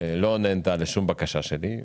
לא נענתה לשום בקשה שלי.